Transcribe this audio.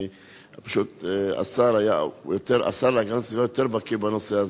פשוט השר להגנת הסביבה יותר בקי בנושא הזה.